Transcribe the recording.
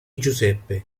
giuseppe